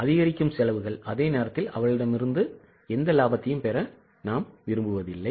அதிகரிக்கும் செலவுகள் அதே நேரத்தில் அவர்களிடமிருந்து எந்த லாபத்தையும் பெற நாங்கள் விரும்பவில்லை